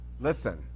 listen